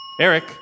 Eric